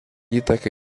įtaką